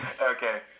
Okay